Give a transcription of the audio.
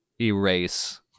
Erase